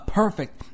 perfect